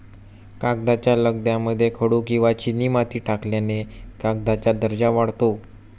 कागदाच्या लगद्यामध्ये खडू किंवा चिनीमाती टाकल्याने कागदाचा दर्जा वाढतो